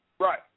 Right